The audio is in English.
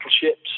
ships